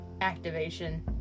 activation